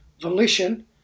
volition